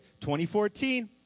2014